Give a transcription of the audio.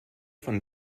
von